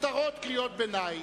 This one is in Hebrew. מותרות קריאות ביניים,